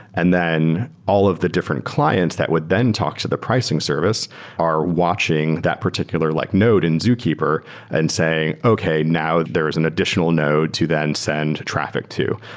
and then all of the different clients that would then talk to the pricing service are watching that particular like node in zookeeper and saying, okay. now there is an additional node to then send traffic to.